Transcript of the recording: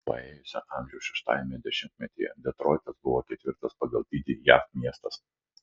paėjusio amžiaus šeštajame dešimtmetyje detroitas buvo ketvirtas pagal dydį jav miestas